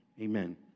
amen